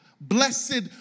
blessed